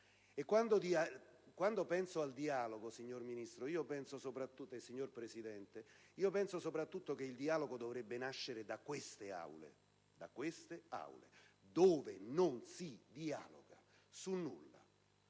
Quando penso al dialogo, signor Ministro e signor Presidente, penso soprattutto che il dialogo dovrebbe nascere da queste Aule, dove non si dialoga su nulla.